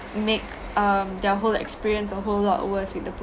make um their whole experience a whole lot worse with the